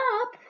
up